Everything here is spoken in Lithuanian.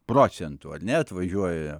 procentų ar ne atvažiuoja